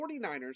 49ers